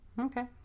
Okay